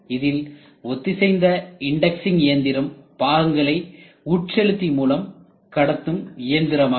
இதில் ஒத்திசைந்த இன்டெக்ஸ்சிங் இயந்திரம் பாகங்களை உட்செலுத்தி மூலம் கடத்தும் இயந்திரமாகும்